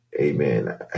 Amen